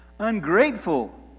ungrateful